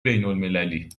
بینالمللی